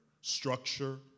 structure